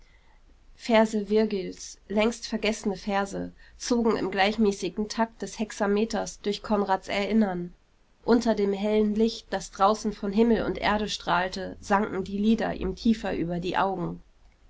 verse virgils längst vergessene verse zogen im gleichmäßigen takt des hexameters durch konrads erinnern unter dem hellen licht das draußen von himmel und erde strahlte sanken die lider ihm tiefer über die augen